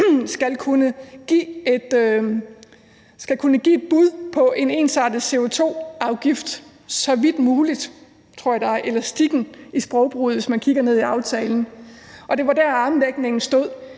skulle kunne give et bud på en ensartet CO2-afgift så vidt muligt – det tror jeg er elastikken i sprogbrugen, hvis man kigger i aftalen. Det var det, armlægningen var